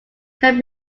can